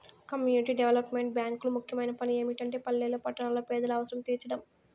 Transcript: community development బ్యేంకులు ముఖ్యమైన పని ఏమిటంటే పల్లెల్లో పట్టణాల్లో పేదల అవసరం తీర్చడం